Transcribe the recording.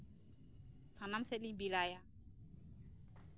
ᱥᱟᱱᱟᱢ ᱥᱮᱫ ᱞᱤᱧ ᱵᱮᱲᱟᱭᱟ